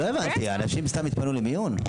לא הבנתי, אנשים סתם יתפנו למיון?